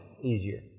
easier